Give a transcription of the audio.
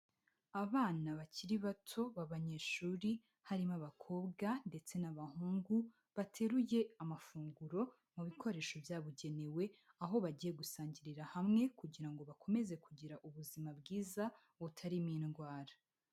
Abana bakiri bato b'abanyeshuri, harimo abakobwa ndetse n'abahungu bateruye amafunguro mu bikoresho byabugenewe, aho bagiye gusangirira hamwe kugira ngo bakomeze kugira ubuzima bwiza butarimo indwara.